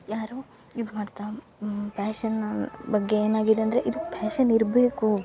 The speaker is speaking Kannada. ಯಾರು ಇದು ಮಾಡ್ತಾ ಪ್ಯಾಶನ್ನ ಬಗ್ಗೆ ಏನಾಗಿದೆ ಅಂದರೆ ಇದು ಪ್ಯಾಶನ್ ಇರಬೇಕು